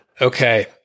okay